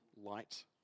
light